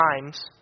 times